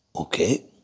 Okay